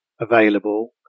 available